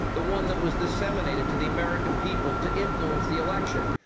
the one that was disseminated to the american people to influence the election.